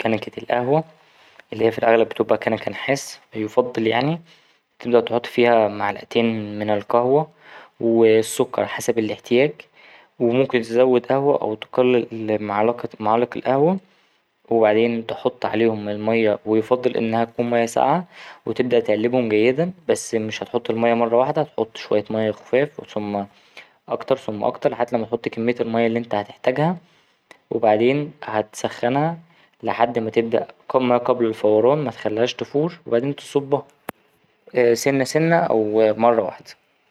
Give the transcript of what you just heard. كنكه القهوة اللي هي في الأغلب بتبقى كنكه نحاس ده يفضل يعني تبدأ تحط فيها معلقتين من القهوة والسكر حسب الإحتياج وممكن تزود قهوة أو تقلل معلقة ـ معالق القهوة وبعدين تحط عليهم المايه ويفضل إنها تكون مايه سقعة وتبدأ تقلبهم جيدا بس مش هتحط المايه مرة واحدة هتحط شوية مايه خفاف ثم أكتر ثم أكتر لحد ما تحط كمية المايه اللي أنت هتحتاجها وبعدين هتسخنها لحد ما تبدأ ما قبل الفوران متخليهاش تفور وبعدين تصبها سنة سنة أو مرة واحدة.